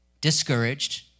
discouraged